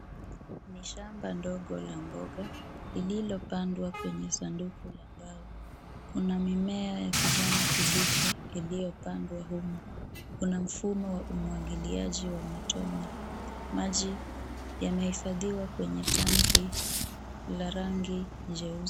Ni shamba ndogo la mboga lililopandwa kwenye sanduku la mbao. Kuna mimea ya kijani kibichi iliyopandwa humo. Kuna mfumo wa umwagiliaji wa matone. Maji yanahifadhiwa kwenye tanki la rangi jeusi.